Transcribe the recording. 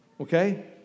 Okay